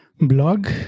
blog